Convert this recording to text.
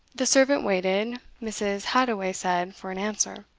the servant waited, mrs. hadoway said, for an answer.